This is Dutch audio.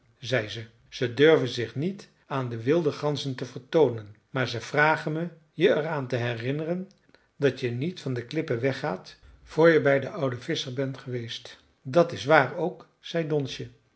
zei ze ze durven zich niet aan de wilde ganzen te vertoonen maar ze vragen me je er aan te herinneren dat je niet van de klippen weggaat voor je bij den ouden visscher ben geweest dat is waar ook zei donsje